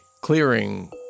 clearing